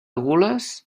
gules